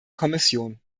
kommission